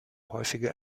häufige